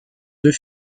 deux